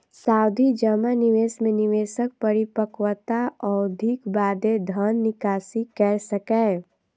सावधि जमा निवेश मे निवेशक परिपक्वता अवधिक बादे धन निकासी कैर सकैए